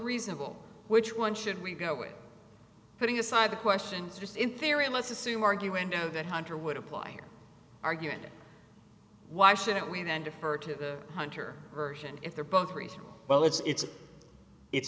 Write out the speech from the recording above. reasonable which one should we go with putting aside the questions just in theory let's assume argue window that hunter would apply argue and why shouldn't we then defer to the hunter version if they're both reasonable well it's a it's